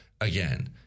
again